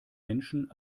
menschen